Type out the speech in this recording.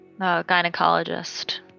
gynecologist